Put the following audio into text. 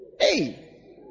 Hey